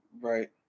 Right